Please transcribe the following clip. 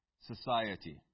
society